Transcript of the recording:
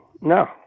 no